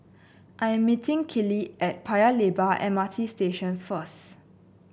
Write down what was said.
I'm meeting Kiley at Paya Lebar M R T Station first